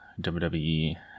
WWE